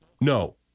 No